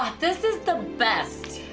ah this is the best.